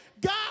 God